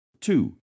Two